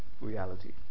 reality